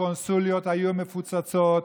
הקונסוליות היו מפוצצות.